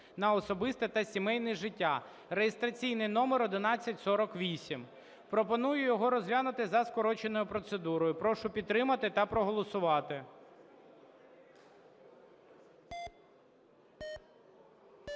на особисте та сімейне життя) (реєстраційний номер 1148). Пропоную його розглянути за скороченою процедурою. Прошу підтримати та проголосувати.